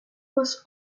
was